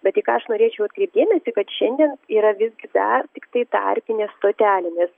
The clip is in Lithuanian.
bet į ką aš norėčiau atkreipt dėmesį kad šiandien yra visgi dar tiktai tarpinė stotelė nes